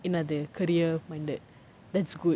என்னது:ennathu career minded that's good